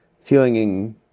feeling